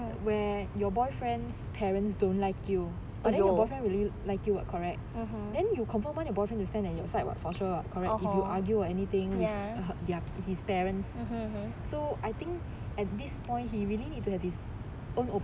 your where your boyfriend's parents don't like you or then your boyfriend really like you [what] correct then you confirm want your boyfriend to stand by your side for sure [what] if you argue or anything with his parents so I think at this point he really need to have